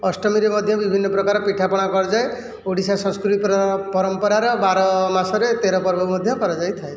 ଅଷ୍ଟମୀରେ ମଧ୍ୟ ବିଭିନ୍ନ ପ୍ରକାର ପିଠାପଣା କରାଯାଏ ଓଡ଼ିଶା ସଂସ୍କୃତି ପରମ୍ପରାର ବାର ମାସରେ ତେର ପର୍ବ ମଧ୍ୟ କରାଯାଇ ଥାଏ